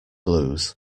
blues